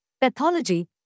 pathology